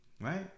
Right